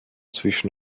zwischen